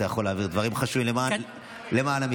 יכול להעביר דברים חשובים למען המגזר.